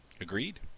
Agreed